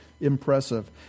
impressive